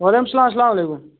وَعلیکُم اَسَلام علیکُم